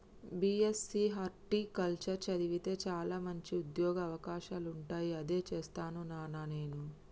BSc horticulture చదివితే చాల మంచి ఉంద్యోగ అవకాశాలుంటాయి అదే చేస్తాను నానా నేను